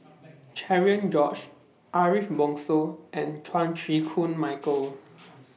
Cherian George Ariff Bongso and Chan Chew Koon Michael